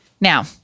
Now